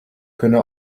könne